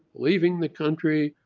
leaving the country,